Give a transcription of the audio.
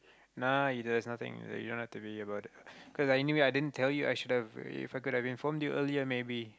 nah there's nothing you don't have to be about it cause anyway i didn't tell you I should have i~ if I could have informed you earlier maybe